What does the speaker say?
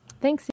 Thanks